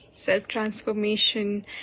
self-transformation